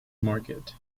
market